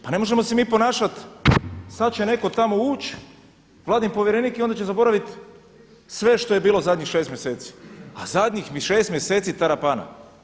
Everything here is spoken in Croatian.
Pa ne možemo se mi ponašat sada će neko tamo uć vladin povjerenik i onda će zaboraviti sve što je bilo zadnjih šest mjeseci, a zadnjih … šest mjeseci tarapana.